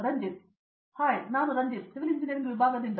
Ranjit hi ನಾನು Ranjit civil engineering ವಿಭಾಗದಿಂದ